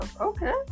Okay